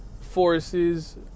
forces